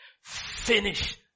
finish